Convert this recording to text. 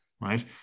right